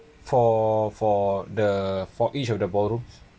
for for the for each of the ballroom